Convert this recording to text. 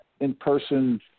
in-person